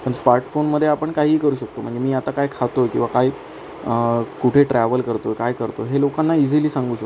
पण स्पार्टफोनमध्ये आपण काहीही करू शकतो म्हणजे मी आता काय खातो किंवा काही कुठे ट्रॅवल करतो काय करतो हे लोकांना इझीली सांगू शकतो